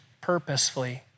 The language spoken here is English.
purposefully